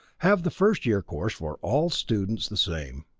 have the first year course for all students the same.